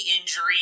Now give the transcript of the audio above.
injury